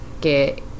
get